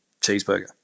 cheeseburger